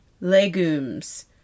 legumes